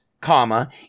comma